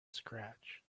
scratch